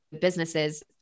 businesses